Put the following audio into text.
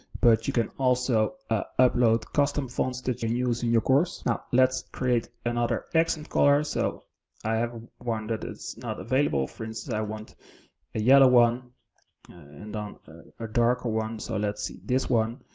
but you can also upload custom fonts that you use in your course. now let's create another accent color. so i have one that is not available, for instance, i want a yellow one and um a darker one. so let's see this one.